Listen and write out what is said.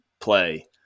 play